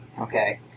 Okay